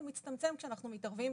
זה מצטמצם כשאנחנו מתערבים